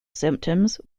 symptoms